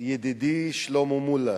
ידידי שלמה מולה,